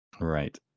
Right